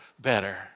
better